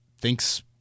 thinks